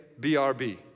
BRB